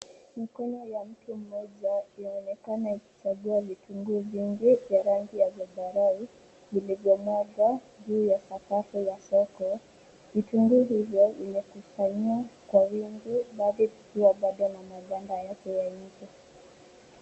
Mkono ya mtu mmoja inaonekana ikichagua vitungu vingi vya rangi ya zambarau vilivyomwagwa juu ya sakafu ya soko. Vitunguu hivyo vimekusanywa kwa wingi baadhivikiwa bado na maganda yake ya nje.